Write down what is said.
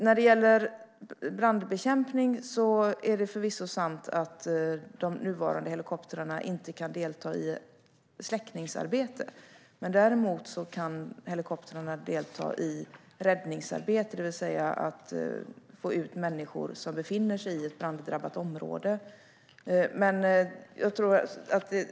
När det gäller brandbekämpning är det förvisso sant att de nuvarande helikoptrarna inte kan delta i släckningsarbete. Däremot kan helikoptrarna delta i räddningsarbete, det vill säga få ut människor som befinner sig i ett branddrabbat område.